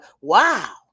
wow